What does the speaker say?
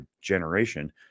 generation